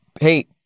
hey